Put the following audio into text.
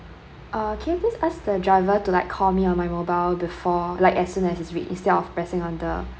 uh can you please ask the driver to like call me on my mobile before like as soon as his reach instead of pressing on the